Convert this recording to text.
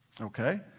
Okay